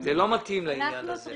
זה לא מתאים לעניין הזה.